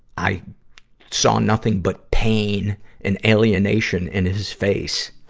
i saw nothing but pain and alienation in his face.